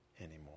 anymore